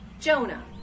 Jonah